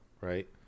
right